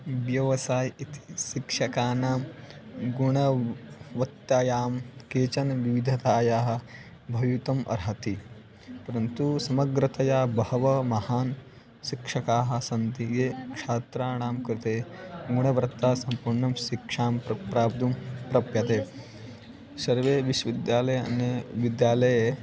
व्यवसायः इति शिक्षकाणां गुणवत्तायां केचन विविधतायाः भवितुम् अर्हति परन्तु समग्रतया बहवः महान् शिक्षकाः सन्ति ये छात्राणां कृते गुणवत्तासम्पूर्णं शिक्षां प्राप्तुं प्राप्यते सर्वे विश्वविद्यालये अन्य विद्यालये